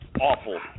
Awful